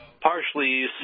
Partially